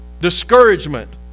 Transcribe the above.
discouragement